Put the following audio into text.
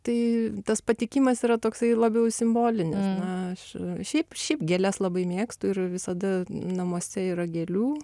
tai tas pateikimas yra toksai labiau simbolinis na aš šiaip šiaip gėles labai mėgstu ir visada namuose yra gėlių